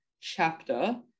chapter